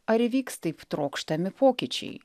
ar įvyks taip trokštami pokyčiai